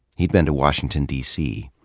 he'd been to washington, dc.